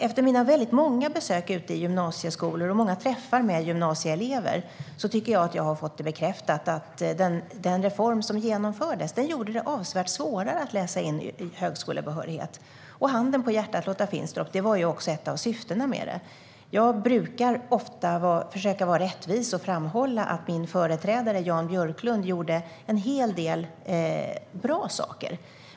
Efter mina väldigt många besök ute i gymnasieskolor och många träffar med gymnasieelever tycker jag att jag har fått det bekräftat att den reform som genomfördes gjorde det avsevärt svårare läsa in högskolebehörighet. Handen på hjärtat, Lotta Finstorp: Det var också ett av syftena med den. Jag brukar ofta försöka att vara rättvis och framhålla att min företrädare Jan Björklund gjorde en hel del bra saker.